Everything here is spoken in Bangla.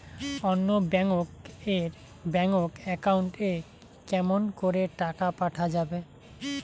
অন্য ব্যাংক এর ব্যাংক একাউন্ট এ কেমন করে টাকা পাঠা যাবে?